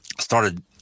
started